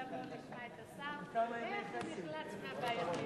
עכשיו נשמע את השר, איך הוא נחלץ מהבעיות,